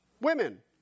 women